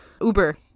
Uber